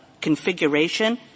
configuration